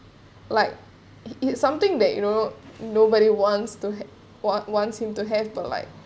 like it it something that you know nobody wants to wants wants seemed to have but like